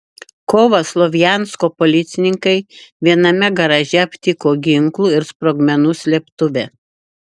kovą slovjansko policininkai viename garaže aptiko ginklų ir sprogmenų slėptuvę